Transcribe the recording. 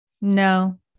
no